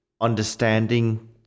understanding